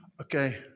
Okay